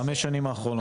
בחמש השנים האחרונות,